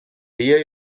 vía